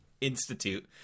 Institute